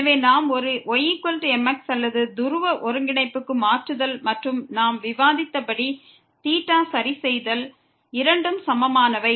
எனவே நாம் ஒரு ymx அல்லது துருவ ஒருங்கிணைப்புக்கு மாற்றுதல் மற்றும் நாம் விவாதித்தபடி θவை சரிசெய்தல் இரண்டும் சமமானவை